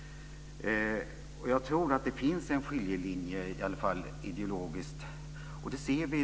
Jag tror att det finns en ideologisk skiljelinje.